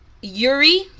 Yuri